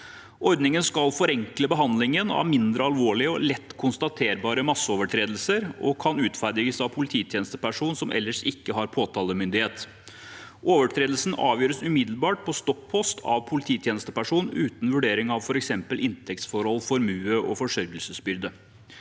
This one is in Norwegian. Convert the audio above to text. Ordningen skal forenkle behandlingen av mindre alvorlige og lett konstaterbare masseovertredelser og kan utferdiges av polititjenesteperson som ellers ikke har påtalemyndighet. Overtredelsen avgjøres umiddelbart på stoppost av polititjenesteperson, uten vurdering av f.eks. inntektsforhold, formue og forsørgelsesbyrde.